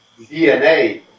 DNA